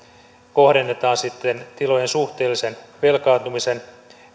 kohdennetaan sitten tilojen suhteellisen velkaantumisen